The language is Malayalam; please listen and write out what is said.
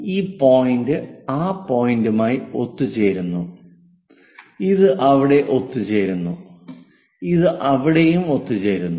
അതിനാൽ ഈ പോയിന്റ് ആ പോയിന്റുമായി ഒത്തുചേരുന്നു ഇത് ഇവിടെ ഒത്തുചേരുന്നു ഇത് അവിടെ ഒത്തുചേരുന്നു